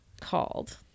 called